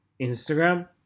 Instagram